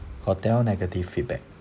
hotel negative feedback